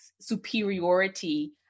superiority